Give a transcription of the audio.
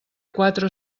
quatre